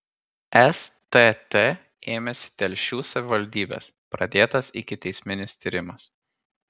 stt ėmėsi telšių savivaldybės pradėtas ikiteisminis tyrimas